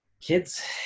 kids